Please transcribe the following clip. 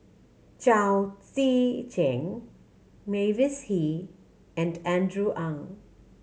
Chao Tzee Cheng Mavis Hee and Andrew Ang